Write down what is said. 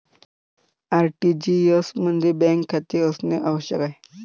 RTGS मध्ये bank खाते असणे आवश्यक आहे